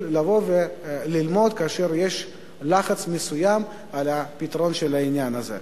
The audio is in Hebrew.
לבוא וללמוד כאשר יש לחץ מסוים לפתרון של העניין הזה?